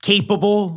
capable